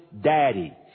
Daddy